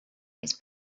its